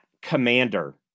commander